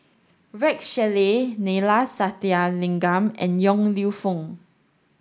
Rex Shelley Neila Sathyalingam and Yong Lew Foong